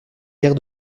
guère